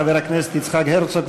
חבר הכנסת יצחק הרצוג,